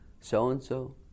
so-and-so